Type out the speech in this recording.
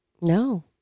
No